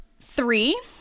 Three